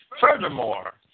Furthermore